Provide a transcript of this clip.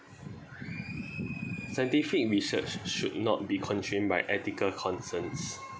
scientific research should not be constrained by ethical concerns